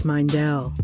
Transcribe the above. Mindell